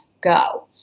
go